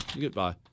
Goodbye